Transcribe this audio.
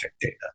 data